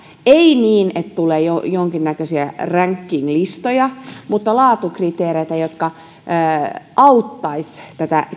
ei niin että tulee jonkinnäköisiä rankinglistoja mutta laatukriteereitä jotka auttaisivat tätä